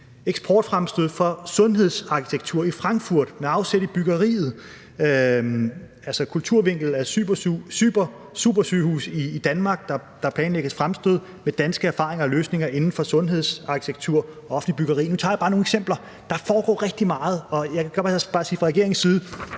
eksportfremstød for sundhedsarkitektur i Frankfurt med afsæt i byggeriet, altså kulturvinkel af supersygehuse i Danmark: der planlægges fremstød med danske erfaringer og løsninger inden for sundhedsarkitektur, offentligt byggeri. Nu tog jeg bare nogle eksempler her. Der foregår rigtig meget, og jeg kan bare sige, at fra regeringens side